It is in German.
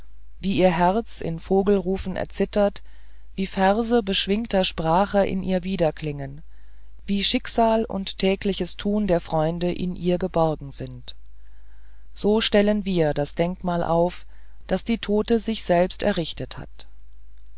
wie ihr herz in vogelrufen erzittert wie verse beschwingter sprache in ihr widerklingen wie schicksal und tägliches tun der freunde in ihr geborgen sind so stellen wir das denkmal auf das die tote sich selbst errichtet hat